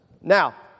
Now